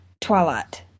Twilight